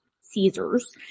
Caesars